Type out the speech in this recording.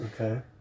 Okay